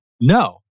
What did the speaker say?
No